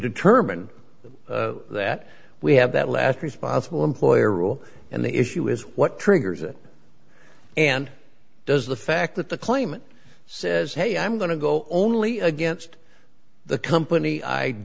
determine that we have that last responsible employer rule and the issue is what triggers it and does the fact that the claimant says hey i'm going to go only against the company i